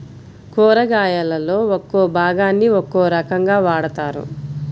కూరగాయలలో ఒక్కో భాగాన్ని ఒక్కో రకంగా వాడతారు